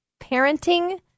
parenting